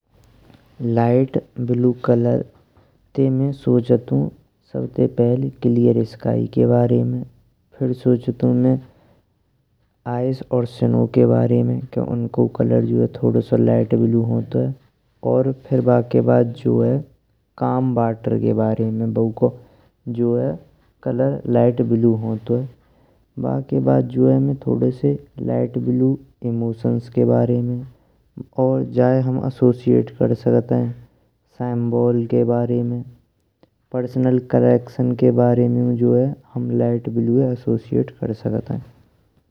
Light blue colour ते में सोचंतु सबसे पहेल क्लियर स्काई के बारे में। फिर सोचंतु ऐश और स्नो के बारे में इनको कलर जो है थोड़ो सो लाइट ब्लू होंतुए। और फिर बाकी बाद जो है कम वाटर के बारे में बैयुको कलर जो है लाइट ब्लू होंतुए। बाकी बाद जो है में थोड़े से लाइट ब्लू इमोशंस के बारे में और जाए हम एसोसिएट कर सकते हैं। सिंबल के बारे में पर्सनल करेक्शन के बारे में जो है हम लाइट ब्लूये एसोसिएट कर सकते हैं।